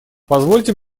позвольте